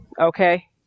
Okay